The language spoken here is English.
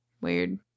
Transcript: Weird